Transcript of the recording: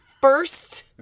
first